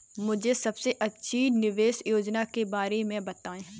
मुझे सबसे अच्छी निवेश योजना के बारे में बताएँ?